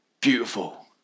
beautiful